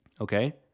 Okay